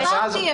אמרתי.